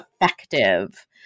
effective